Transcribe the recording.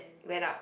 went up